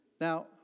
Now